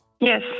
Yes